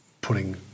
putting